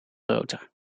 groter